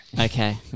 Okay